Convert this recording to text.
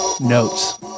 notes